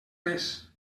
res